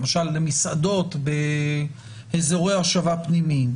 למשל למסעדות באזורי הושבה פנימיים.